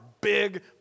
big